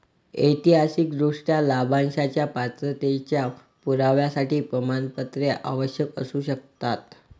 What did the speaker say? ऐतिहासिकदृष्ट्या, लाभांशाच्या पात्रतेच्या पुराव्यासाठी प्रमाणपत्रे आवश्यक असू शकतात